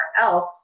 else